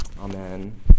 Amen